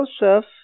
Joseph